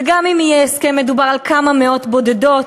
וגם אם יהיה הסכם מדובר על כמה מאות בודדות,